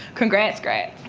congrats grads!